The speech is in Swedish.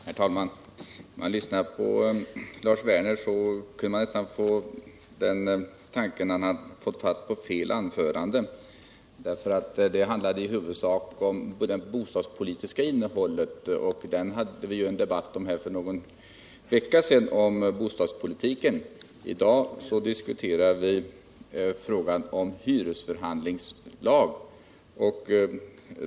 Herr talman! När man lyssnar på Lars Werner kan man nästan tro att han har fått fatt på fel anförande. Han talade i huvudsak om bostadspolitiken, och den hade vi ju en debatt om för någon vecka sedan. I dag diskuterar vi införande av en hyresförhandlingslag.